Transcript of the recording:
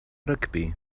rygbi